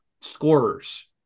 scorers